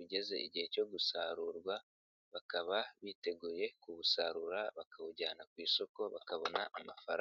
ugeze igihe cyo gusarurwa, bakaba biteguye kuwusarura, bakawujyana ku isoko, bakabona amafaranga.